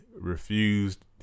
refused